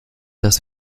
das